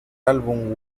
álbum